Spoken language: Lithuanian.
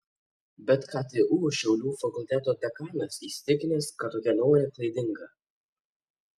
bet ktu šiaulių fakulteto dekanas įsitikinęs kad tokia nuomonė klaidinga